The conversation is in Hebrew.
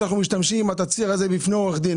שאנחנו משתמשים בתצהיר הזה בפני עורך דין.